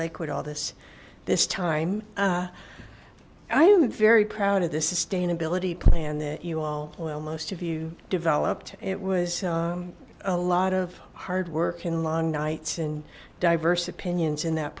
lakewood all this this time i am very proud of the sustainability plan that you all oil most of you developed it was a lot of hard work and long nights and diverse opinions in that